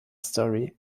story